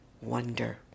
wonder